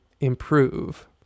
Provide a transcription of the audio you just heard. improve